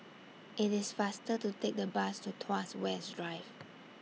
IT IS faster to Take The Bus to Tuas West Drive